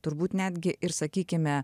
turbūt netgi ir sakykime